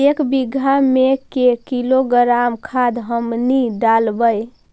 एक बीघा मे के किलोग्राम खाद हमनि डालबाय?